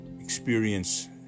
experience